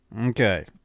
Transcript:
Okay